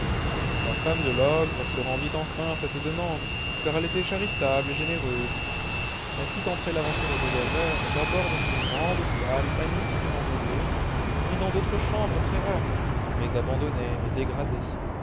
la femme de l'ogre se rendit enfin à cette demande car elle était charitable et généreuse elle fit entrer l'aventureux voyageur d'abord dans une grande salle magnifiquement meublée puis dans d'autres chambres très vastes mais abandonnées et dégradées